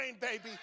baby